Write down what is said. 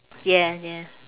yes yes